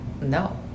no